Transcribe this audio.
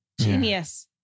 Genius